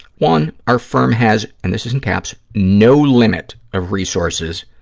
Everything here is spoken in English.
one, our firm has, and this is in caps, no limit of resources,